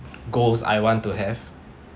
goals I want to have